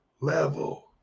level